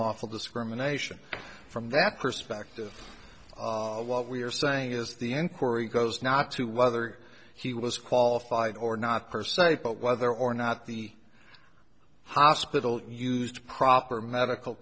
lawful discrimination from that perspective what we're saying is the inquiry goes not to whether he was qualified or not per se but whether or not the hospital used proper medical